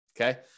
Okay